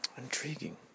Intriguing